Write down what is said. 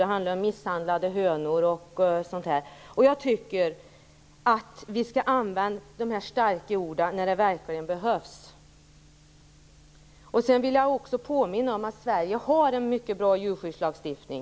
Det talas om misshandlade hönor och annat. Jag tycker att vi skall använda de starka orden när de verkligen behövs. Sedan vill jag påminna om att Sverige har en mycket bra djurskyddslagstiftning.